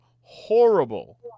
horrible